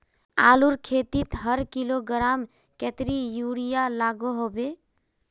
आलूर खेतीत हर किलोग्राम कतेरी यूरिया लागोहो होबे?